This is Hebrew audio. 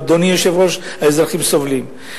אדוני היושב-ראש, האזרחים סובלים.